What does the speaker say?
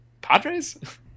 Padres